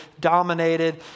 dominated